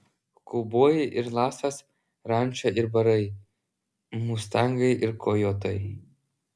kaubojai ir lasas ranča ir barai mustangai ir kojotai